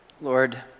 Lord